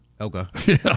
Okay